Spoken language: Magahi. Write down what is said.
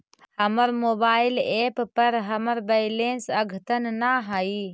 हमर मोबाइल एप पर हमर बैलेंस अद्यतन ना हई